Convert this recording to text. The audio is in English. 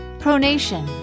pronation